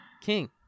King